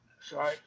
sorry